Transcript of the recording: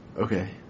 Okay